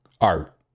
art